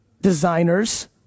designers